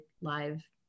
live